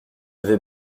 vais